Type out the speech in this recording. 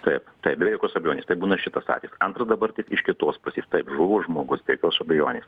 taip taip be jokios abejonės tai būna šitas atvejis antras dabartės iš kitos pusės taip žuvo žmogus be jokios abejonės